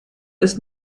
ist